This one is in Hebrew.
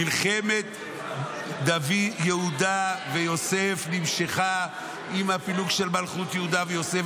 מלחמת יהודה ויוסף נמשכה עם הפילוג של מלכות יהודה ויוסף,